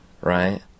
right